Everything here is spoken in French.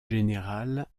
général